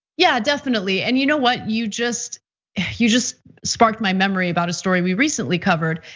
yeah, definitely, and you know what, you just you just sparked my memory about a story we recently covered.